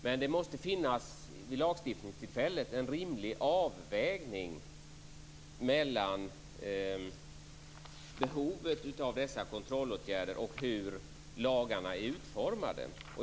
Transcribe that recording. Men det måste vid lagstiftningstillfället finnas en rimlig avvägning mellan behovet av dessa kontrollåtgärder och hur lagarna är utformade.